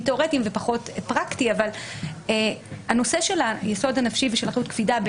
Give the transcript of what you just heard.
תיאורטיים ופחות פרקטיים אבל הנושא של היסוד הנפשי ושל אחריות קפידה,